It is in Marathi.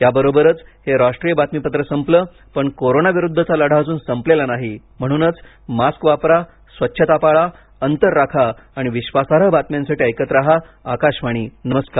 याबरोबरच हे राष्ट्रीय बातमीपत्र संपलं पण कोरोना विरुद्धचा लढा अजून संपलेला नाही म्हणूनच मास्क वापरा स्वच्छता पाळा अंतर राखा आणि विश्वासार्ह बातम्यांसाठी ऐकत रहा आकाशवाणी नमस्कार